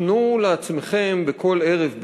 תנו לעצמכם בכל ערב,